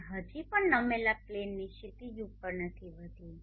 તે હજી પણ નમેલા પ્લેનની ક્ષિતિજથી ઉપર નથી વધી